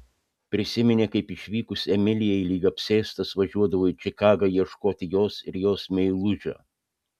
prisiminė kaip išvykus emilijai lyg apsėstas važiuodavo į čikagą ieškoti jos ir jos meilužio